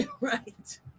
right